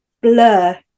blur